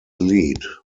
lead